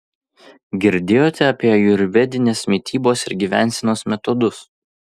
girdėjote apie ajurvedinės mitybos ir gyvensenos metodus